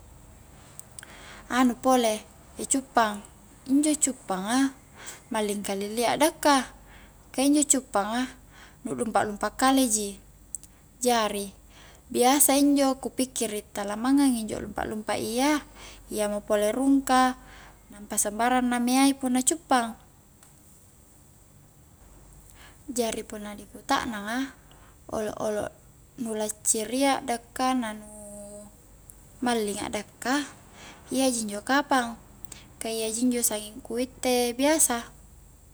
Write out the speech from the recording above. Anu pole cuppang, injo cuppanga malling kalilli addaka, ka injo cuppanga, nu lumpa'-lumpa' kale ji jari, biasa injo ku pikkiri, tala manggang injo lumpa-lumpa iya, iyamo pole rungka nampa sambarang na meai punna cuppang jari punna di kutaknang a olo'-olo nu lacciria a'dakka na nu mallinga a'dakka iyaji injo kapang ka iyaji injo sanging ku itte biasa